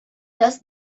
does